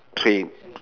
train